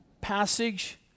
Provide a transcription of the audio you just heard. passage